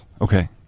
Okay